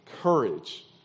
courage